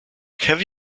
have